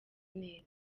neza